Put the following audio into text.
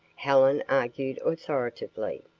helen argued authoritatively.